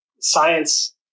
science